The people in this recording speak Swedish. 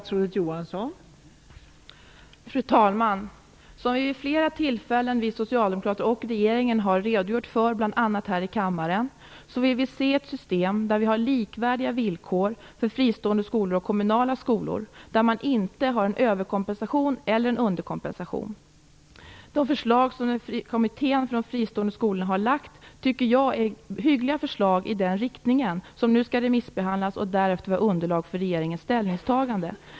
Fru talman! Som vi socialdemokrater och regeringen vid flera tillfällen har redogjort för, bl.a. här i kammaren, vill vi se ett system där det är likvärdiga villkor för fristående skolor och kommunala skolor och där man inte har en överkompensation eller en underkompensation. De förslag som den kommitté som utrett villkoren för de fristående skolorna har lagt fram är hyggliga förslag i den riktningen. De skall nu remissbehandlas och därefter vara underlag för regeringens ställningstagande.